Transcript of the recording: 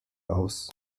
aus